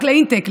רק לאינטייק,